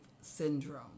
syndrome